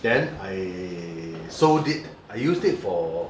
then I sold it I used it for